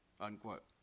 unquote